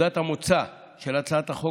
שנקודת המוצא של הצעת החוק,